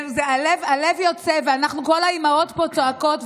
הלב יוצא, וכל האימהות פה צועקות.